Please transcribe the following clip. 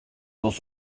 dos